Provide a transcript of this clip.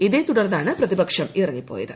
ഇതേ തുടർന്നാണ് പ്രതിപക്ഷം ഇറങ്ങിപ്പോയത്